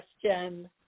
question